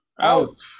Out